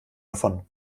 davon